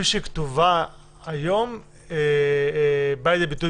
תישארו כל אחד בביתו,